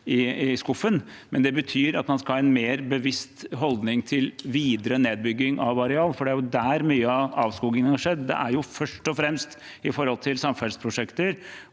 i skuffen, men det betyr at man skal ha en mer bevisst holdning til videre nedbygging av areal, for det er der mye av avskogingen har skjedd – det er først og fremst i samferdselsprosjekter